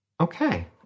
Okay